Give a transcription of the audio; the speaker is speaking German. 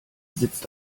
sitzt